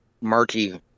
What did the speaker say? murky